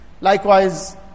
Likewise